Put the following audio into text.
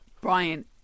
Brian